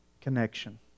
connection